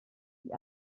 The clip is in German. die